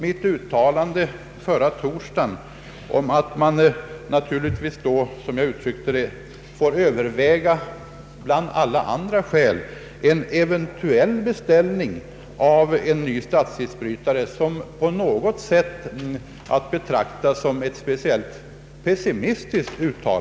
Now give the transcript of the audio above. Mitt uttalande förra torsdagen om att man, som jag uttryckte det, bör överväga bland allt annat en eventuell beställning av en ny statsisbrytare, är inte på något sätt att betrakta som speciellt pessimistiskt.